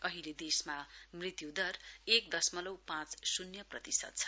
अहिले देशमा मृत्यु दर एक दशमलउ पाँच शून्य प्रतिशत छ